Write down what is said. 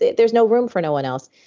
there's no room for no one else.